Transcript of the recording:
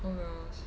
oh wells